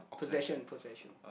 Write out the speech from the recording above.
possession possession